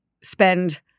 spend